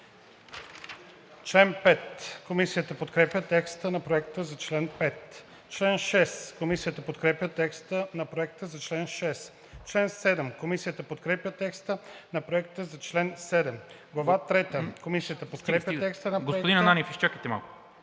втора. Комисията подкрепя текста на Проекта за чл. 3. Комисията подкрепя текста на Проекта за чл. 4. Комисията подкрепя текста на Проекта за чл. 5. Комисията подкрепя текста на Проекта за чл. 6. Комисията подкрепя текста на Проекта за чл. 7.